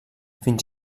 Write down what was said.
fins